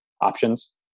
options